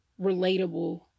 relatable